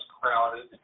crowded